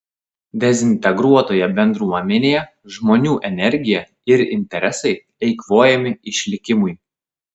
dezintegruotoje bendruomenėje žmonių energija ir interesai eikvojami išlikimui